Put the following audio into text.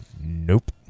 nope